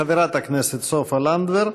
חברת הכנסת סופה לנדבר,